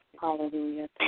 Hallelujah